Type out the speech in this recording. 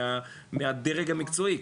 מהדרג המקצועי,